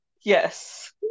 Yes